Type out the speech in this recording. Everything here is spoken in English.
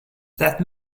that